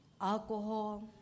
alcohol